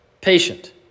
patient